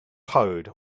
hard